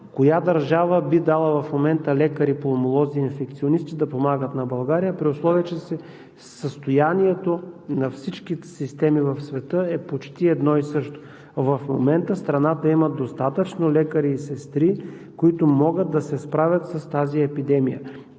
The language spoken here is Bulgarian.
коя държава би дала в момента лекари пулмолози и инфекционисти да помагат да България, при условие че състоянието на всички системи в света е почти едно и също. В момента страната има достатъчно лекари и сестри, които могат да се справят с тази епидемия.